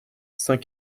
saint